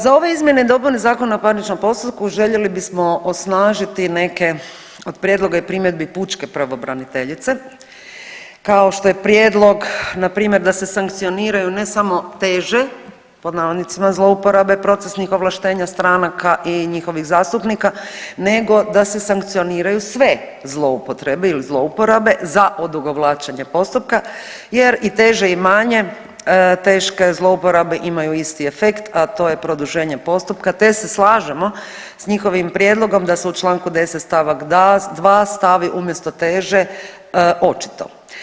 Za ove izmjene i dopune Zakona o parničnom postupku željeli bismo osnažiti neke od prijedloga i primjedbi pučke pravobraniteljice kao što je prijedlog na primjer da se sankcioniraju ne samo teže pod navodnicima zlouporabe procesnih ovlaštenja stranaka i njihovih zastupnika, nego da se sankcioniraju sve zloupotrebe ili zlouporabe za odugovlačenje postupka jer i teže i manje teške zlouporabe imaju isti efekt a to je produženje postupka, te se slažemo sa njihovim prijedlogom da se u članku 10. stavak 2. stavi umjesto teže očito.